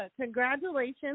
congratulations